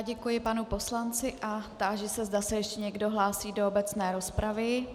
Děkuji panu poslanci a táži se, zda se ještě někdo hlásí do obecné rozpravy.